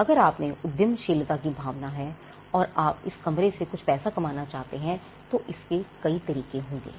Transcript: अगर आपमें उद्यमशीलता की भावना है और आप इस कमरे से कुछ पैसा कमाना चाहते हैं तो इसके कई तरीके होंगे